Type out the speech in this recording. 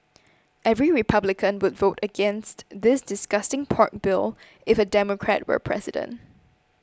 every Republican would vote against this disgusting pork bill if a Democrat were president